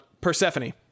persephone